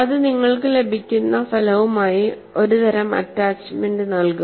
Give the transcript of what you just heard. അത് നിങ്ങൾക്ക് ലഭിക്കുന്ന ഫലവുമായി ഒരുതരം അറ്റാച്ചുമെന്റ് നൽകും